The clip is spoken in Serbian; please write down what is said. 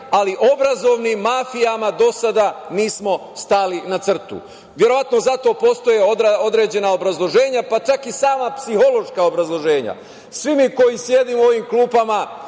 ali obrazovnim mafijama do sada nismo stali na crtu. Verovatno zato postoje određena obrazloženja, pa čak i sama psihološka obrazloženja. Svi mi koji sedimo u ovim klupama